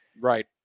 Right